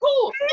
cool